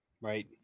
Right